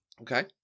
Okay